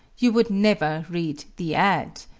you would never read the ad.